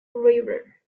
river